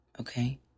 okay